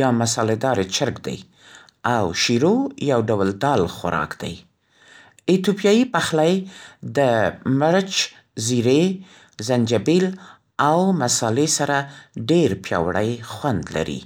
یو مسالې‌دار چرګ دی، او «شیرو» یو ډول دال خوراک دی. ایتوپیایي پخلی د مرچ، زیرې، زنجبیل او مسالې سره ډېر پیاوړی خوند لري.